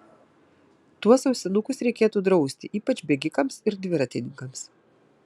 tuos ausinukus reikėtų drausti ypač bėgikams ir dviratininkams